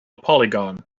polygon